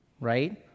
right